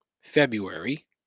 february